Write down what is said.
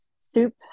soup